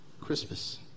Christmas